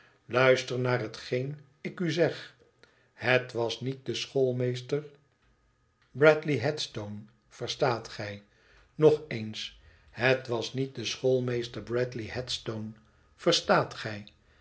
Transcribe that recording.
luister naar hetgeen ik u zeg het was niet de schoolmeester bradley headstone verstaat gij nog eens het was niet de schoolmeester bradley headstone verstaat gij